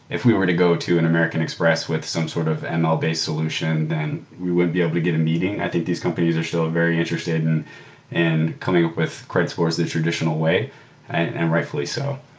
if we were to go to an american express with some sort of and ml-based solution, then we would be able to get a meeting. i think these companies are still very interested in and coming up with credit scores the traditional way and rightfully so.